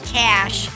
cash